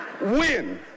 win